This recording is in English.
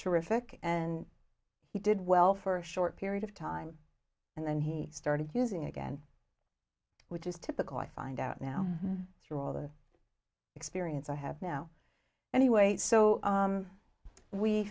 terrific and he did well for a short period of time and then he started using again which is typical i find out now through all the experience i have now anyway so